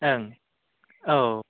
ओं औ